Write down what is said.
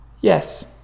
yes